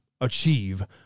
achieve